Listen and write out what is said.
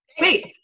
wait